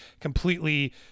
completely